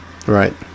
Right